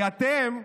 כי אתם,